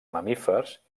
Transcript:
mamífers